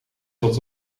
tot